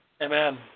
Amen